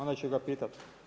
Onda ću ga pitat.